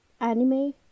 anime